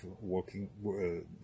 working